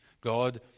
God